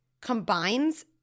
combines